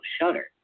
shutter